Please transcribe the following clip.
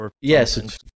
Yes